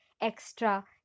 Extra